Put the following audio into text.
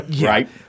right